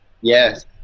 yes